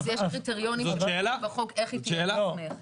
אז יש קריטריונים בחוק איך היא תהיה מוסמכת.